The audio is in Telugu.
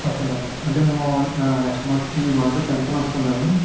ఓకే మేడం అంటే మేము నెక్స్ట్ మంత్ ఈ మంత్ టెంత్న వస్తాం మేడం